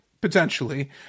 Potentially